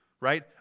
right